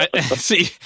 See